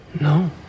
No